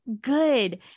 good